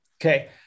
Okay